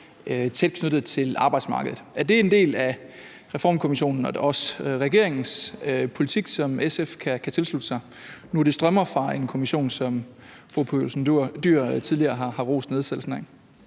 knyttet til arbejdsmarkedet. Er det en del af Reformkommissionen og regeringens politik, som SF kan tilslutte sig nu, hvor det stammer fra en kommission, som fru Pia Olsen Dyhr tidligere har rost nedsættelsen af?